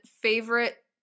favorite